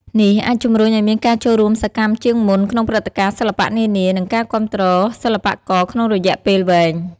នេះអាចជំរុញឲ្យមានការចូលរួមសកម្មជាងមុនក្នុងព្រឹត្តិការណ៍សិល្បៈនានា និងការគាំទ្រសិល្បករក្នុងរយៈពេលវែង។